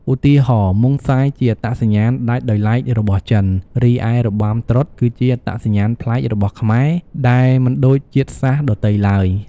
ឧទាហរណ៍ ម៉ុងសាយជាអត្តសញ្ញាណដាច់ដោយឡែករបស់ចិន រីឯ របាំត្រុដិ គឺជាអត្តសញ្ញាណប្លែករបស់ខ្មែរ ដែលមិនដូចជាតិសាសន៍ដទៃឡើយ។